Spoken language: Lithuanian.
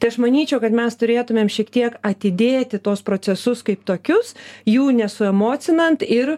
tai aš manyčiau kad mes turėtumėm šiek tiek atidėti tuos procesus kaip tokius jų nesuemocinant ir